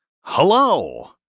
hello